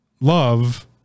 love